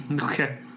Okay